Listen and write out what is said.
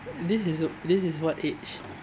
this is this is what age